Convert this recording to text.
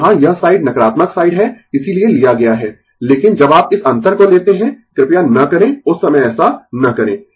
तो यहाँ यह साइड नकारात्मक साइड है इसीलिये लिया गया है लेकिन जब आप इस अंतर को लेते है कृपया न करें उस समय ऐसा न करें